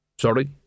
Sorry